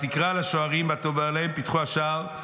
ותקרא לשוערים ותאמר להם: פתחו השער,